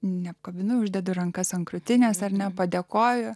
neapkabinau uždedu rankas ant krūtinės ar nepadėkojo